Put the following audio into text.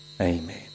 Amen